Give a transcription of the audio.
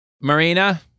Marina